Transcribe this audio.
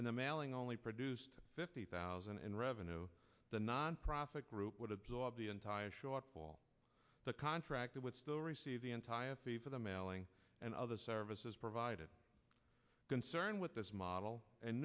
and the mailing only produced fifty thousand in revenue the nonprofit group would have the entire show up all the contracted would still receive the anti a fee for the mailing and other services provided concerned with this model and